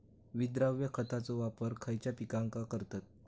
विद्राव्य खताचो वापर खयच्या पिकांका करतत?